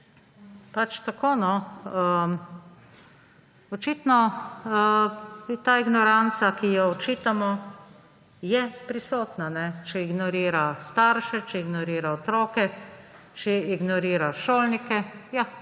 pač tako … Očitno je ta ignoranca, ki jo očitamo, prisotna; če ignorira starše, če ignorira otroke, če ignorira šolnike, ja,